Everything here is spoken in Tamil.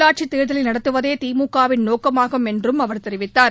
உள்ளாட்சி தேர்தலை நடத்துவதே திமுக விள் நோக்கமாகும் என்று அவர் தெரிவித்தார்